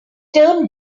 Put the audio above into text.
term